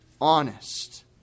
Honest